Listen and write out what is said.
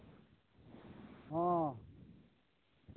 ᱦᱮᱸ